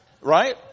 Right